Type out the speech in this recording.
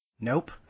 nope